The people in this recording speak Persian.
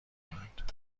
میکنند